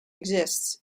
exists